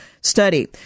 study